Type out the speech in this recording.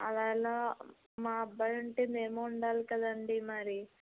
అలా ఎలా మా అబ్బాయి ఉంటే మేమూ ఉండాలి కదండి మరి